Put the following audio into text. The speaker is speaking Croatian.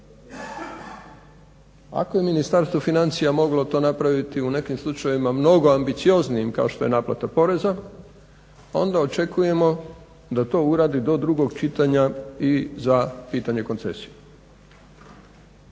Ako je Ministarstvo financija moglo to napraviti u nekim slučajevima mnogo ambicioznijima, kao što se naplata poreza, onda očekujemo da to uradi do drugog čitanja i za pitanje koncesije.